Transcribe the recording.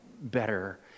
Better